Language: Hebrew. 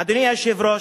אדוני היושב-ראש,